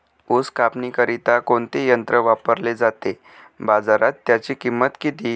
ऊस कापणीकरिता कोणते यंत्र वापरले जाते? बाजारात त्याची किंमत किती?